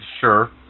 sure